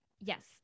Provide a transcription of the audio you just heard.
Yes